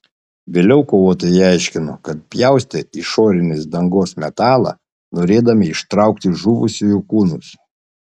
vėliau kovotojai aiškino kad pjaustė išorinės dangos metalą norėdami ištraukti žuvusiųjų kūnus